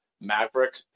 Maverick